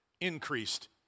increased